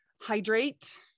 hydrate